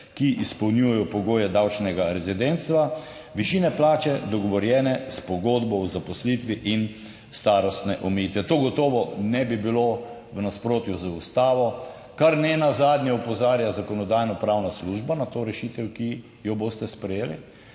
ki izpolnjujejo pogoje davčnega rezidentstva višine plače, dogovorjene s pogodbo o zaposlitvi, in starostne omejitve. To gotovo ne bi bilo v nasprotju z Ustavo, kar nenazadnje opozarja Zakonodajno-pravna služba na to rešitev, ki jo boste sprejeli